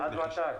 עד מתי?